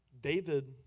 David